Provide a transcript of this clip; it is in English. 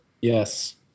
Yes